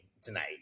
tonight